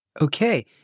Okay